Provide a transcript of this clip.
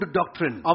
doctrine